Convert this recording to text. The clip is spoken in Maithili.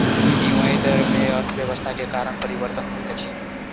विनिमय दर में अर्थव्यवस्था के कारण परिवर्तन होइत अछि